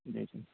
جی جی